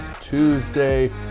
Tuesday